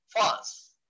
false